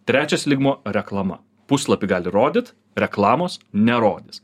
trečias lygmuo reklama puslapį gali rodyt reklamos nerodys